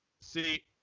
See